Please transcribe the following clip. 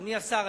אדוני השר,